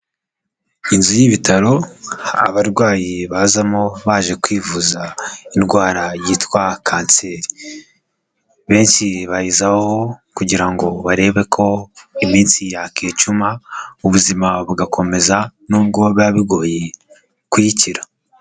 Inzu y'ibitaro abarwayi bazamo baje kwivuza indwara yitwa Kanseri. Benshi bayizaho kugira ngo barebe ko iminsi yakwicuma, ubuzima bugakomeza n'ubwo biba bigoye kuyikira.